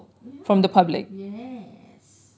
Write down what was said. ya yes